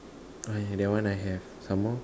I have that one I have some more